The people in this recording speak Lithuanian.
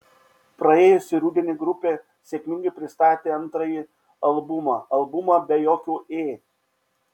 praėjusį rudenį grupė sėkmingai pristatė antrąjį albumą albumą be jokių ė